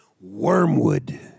wormwood